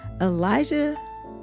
Elijah